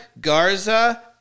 Garza